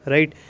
Right